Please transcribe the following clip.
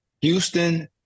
Houston—